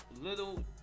Little